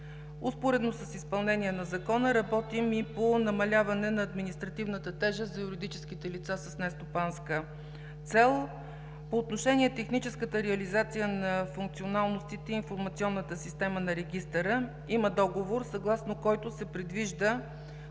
Успоредно с изпълнение на Закона работим и по намаляване на административната тежест за юридическите лица с нестопанска цел. По отношение техническата реализация на функционалностите и информационната система на Регистъра, има договор, съгласно който се предвижда